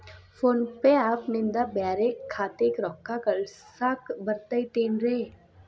Phone pay app ನಿಂದ ಬ್ಯಾರೆ ಖಾತೆಕ್ ರೊಕ್ಕಾ ಕಳಸಾಕ್ ಬರತೈತೇನ್ರೇ?